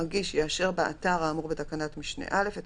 המגיש יאשר ב אתר האמור בתקנת משנה (א) את